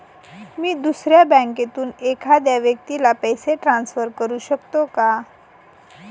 मी दुसऱ्या बँकेतून एखाद्या व्यक्ती ला पैसे ट्रान्सफर करु शकतो का?